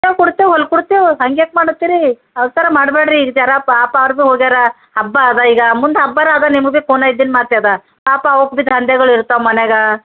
ಕೊಡ್ತೇವೆ ಹೋಲ್ಕೊಡ್ತೇವೆ ಹಂಗ್ಯಾಕೆ ಮಾಡತ್ತೀರಿ ಅವಸರ ಮಾಡಬ್ಯಾಡ್ರಿ ಜರ ಪಾಪ ಅವರು ಭೀ ಹೋಗ್ಯಾರ ಹಬ್ಬ ಅದ ಈಗ ಮುಂದೆ ಹಬ್ಬಾರ ಅದ ನಿಮಗೆ ಖೂನ್ ಇದ್ದಿನ ಮಾತೇ ಅದ ಪಾಪ ಅವ್ಕ ಭೀ ದಂಧೆಗಳಿರ್ತವ ಮನೆಗ